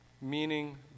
meaning